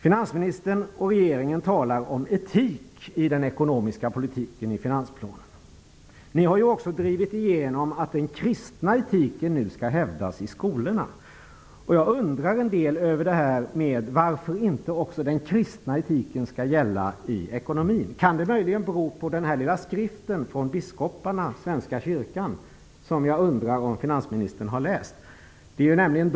Finansministern och regeringen talar om etik i den ekonomiska politiken i finansplanen. Regeringen har nu också drivit igenom att den kristna etiken skall hävdas i skolorna. Varför skall inte den kristna etiken också gälla i ekonomin? Kan det möjligen bero på den lilla skrift som kommer från biskoparna i Svenska kyrkan? Har finansministern läst den?